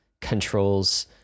controls